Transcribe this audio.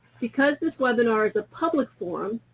because this webinar is a public forum,